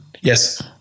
Yes